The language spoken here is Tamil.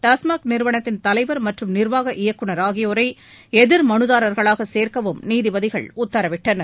டாஸ்மாக் நிறுவனத்தின் தலைவர் மற்றும் நிர்வாக இயக்குநர் ஆகியோரை எதிர் மலுதாரர்களாக சேர்க்கவும் நீதிபதிகள் உத்தரவிட்டனர்